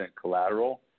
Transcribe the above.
collateral